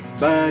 Bye